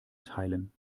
teilen